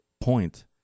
point